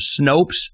Snopes